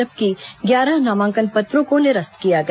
जबकि ग्यारह नामांकन पत्रों को निरस्त किया गया